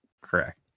Correct